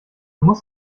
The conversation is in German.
muss